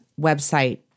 website